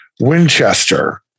winchester